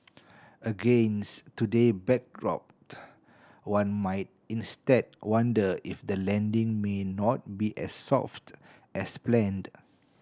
against today backdrop one might instead wonder if the landing may not be as soft as planned